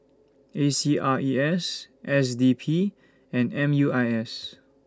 A C R E S S D P and M U I S